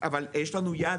אבל יש לנו יד,